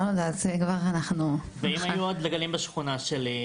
אם היו עוד דגלים בשכונה שלי,